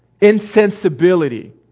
insensibility